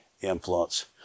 influence